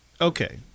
Okay